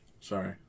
sorry